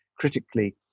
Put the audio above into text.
critically